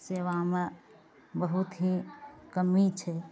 सेवामे बहुत हि कमी छै